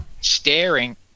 Staring